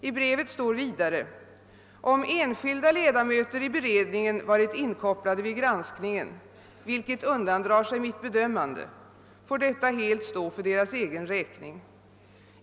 I brevet står också följande: >»Om enskilda ledamöter i beredningen varit inkopplade vid granskningen — vilket undandrar sig mitt bedömande — får detta helt stå för deras egen räkning.